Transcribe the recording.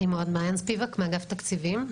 מעיין ספיבק מאגף תקציבים,